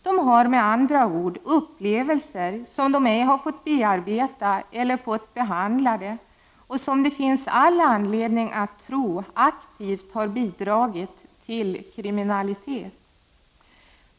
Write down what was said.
De har med andra ord upplevelser som de ej har fått bearbeta eller fått behandlade och som det finns all anledning att tro aktivt har bidragit till kriminalitet.